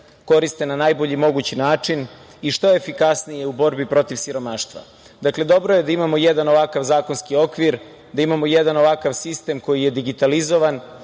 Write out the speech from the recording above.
koriste na najbolji mogući način i što efikasnije u borbi protiv siromaštva. Dakle, dobro je da imamo jedan ovakav zakonski okvir, da imamo jedan ovakav sistem koji je digitalizovan